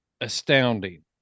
astounding